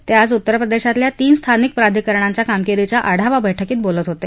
ते आज उत्तरप्रदेशातल्या तीन स्थानिक प्राधिकरणांच्या कामगिरीच्या आढावा बैठकीत बोलत होते